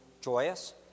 joyous